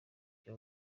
cya